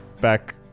back